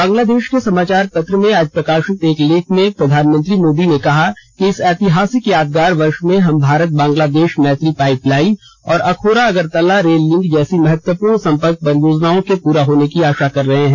बांग्लादेश के समाचार पत्र में आज प्रकाशित एक लेख में प्रधानमंत्री मोदी ने कहा कि इस ऐतिहासिक यादगार वर्ष में हम भारत बांग्लादेश मैत्री पाइपलाइन और अखोरा अगरतला रेल लिंक जैसी महत्वपूर्ण सम्पर्क परियोजनाओं के पूरा होने की आशा कर रहे हैं